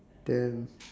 then